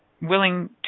Willing